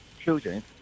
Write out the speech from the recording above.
children